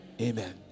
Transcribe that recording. Amen